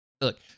Look